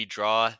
Draw